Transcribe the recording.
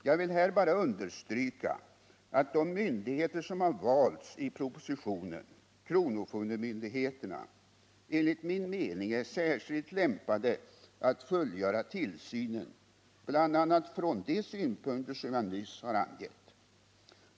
Jag vill här endast understryka att de myndigheter som har valts i propositionen — kronofogdemyndigheterna — enligt min mening är särskilt lämpade att fullgöra tillsynen bl.a. från de synpunkter som jag nyss har angett.